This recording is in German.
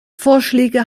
vorschläge